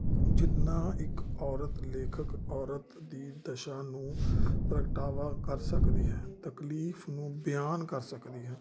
ਜਿੰਨਾ ਇੱਕ ਔਰਤ ਲੇਖਕ ਔਰਤ ਦੀ ਦਸ਼ਾ ਨੂੰ ਪ੍ਰਗਟਾਵਾ ਕਰ ਸਕਦੀ ਹੈ ਤਕਲੀਫ ਨੂੰ ਬਿਆਨ ਕਰ ਸਕਦੀ ਹੈ